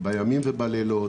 בימים ובלילות,